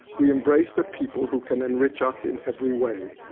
we embrace the people who can enrich us in every way.